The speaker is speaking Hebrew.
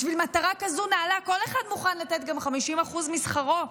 בשביל מטרה כזאת נעלה כל אחד מוכן לתת גם 50% משכרו,